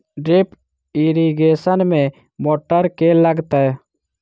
Drip irrigation मे motor केँ लागतै?